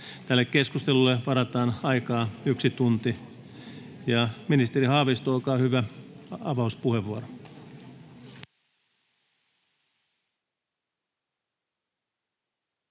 Tälle keskustelulle varataan aikaa yksi tunti. — Ministeri Haavisto, olkaa hyvä, avauspuheenvuoro.